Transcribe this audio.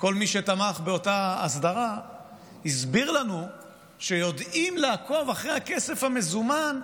כל מי שתמך באותה הסדרה הסביר לנו שיודעים לעקוב אחרי הכסף המזומן,